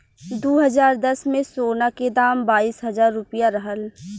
दू हज़ार दस में, सोना के दाम बाईस हजार रुपिया रहल